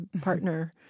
partner